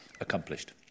accomplished